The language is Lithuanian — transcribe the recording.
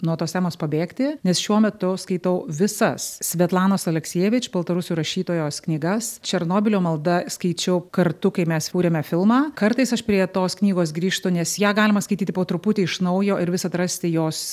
nuo tos temos pabėgti nes šiuo metu skaitau visas svetlanos aleksijevič baltarusių rašytojos knygas černobylio malda skaičiau kartu kai mes kūrėme filmą kartais aš prie tos knygos grįžtu nes ją galima skaityti po truputį iš naujo ir vis atrasti jos